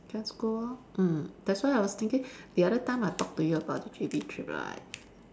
just go lor mm that's why I was thinking the other time I talked to you about the J_B trip right